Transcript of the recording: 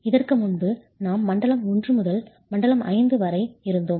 இதற்கு முன்பு நாம் மண்டலம் I முதல் மண்டலம் V வரை இருந்தோம்